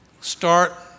start